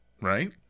Right